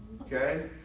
Okay